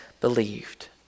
believed